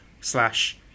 slash